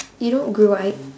you don't grow right